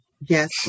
yes